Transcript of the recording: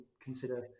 consider